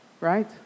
Right